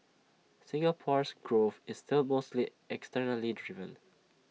Singapore's growth is still mostly externally driven